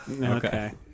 Okay